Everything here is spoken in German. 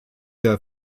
der